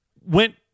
went